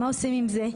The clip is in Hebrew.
מה עושים עם זה?